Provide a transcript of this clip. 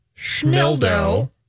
schmildo